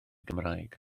gymraeg